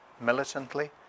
militantly